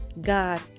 god